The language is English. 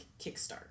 kickstart